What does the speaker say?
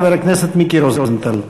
חבר הכנסת מיקי רוזנטל.